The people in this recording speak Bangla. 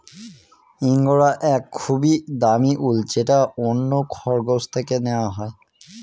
ইঙ্গরা এক খুবই দামি উল যেটা অন্য খরগোশ থেকে নেওয়া হয়